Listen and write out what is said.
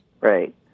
Right